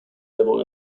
level